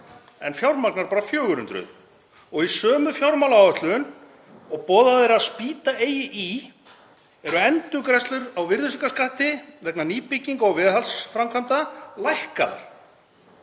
en fjármagnar bara 400 og í sömu fjármálaáætlun og boðað er að spýta í eru endurgreiðslur á virðisaukaskatti vegna nýbygginga og viðhaldsframkvæmda lækkaðar.